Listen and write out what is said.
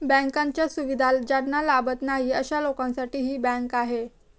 बँकांच्या सुविधा ज्यांना लाभत नाही अशा लोकांसाठी ही बँक आहे